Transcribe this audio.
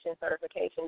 certification